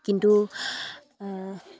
কিন্তু